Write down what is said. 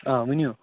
آ ؤنِو